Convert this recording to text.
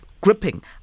gripping